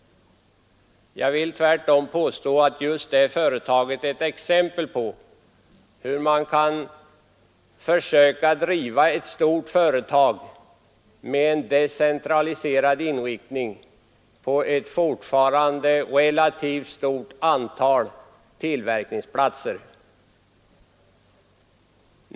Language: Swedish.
Jag vill tvärtom påstå att just det företaget är ett exempel på hur man kan försöka driva ett stort företag med en decentraliserad inriktning på ett fortfarande relativt stort antal tillverkningsplatser.